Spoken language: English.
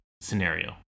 scenario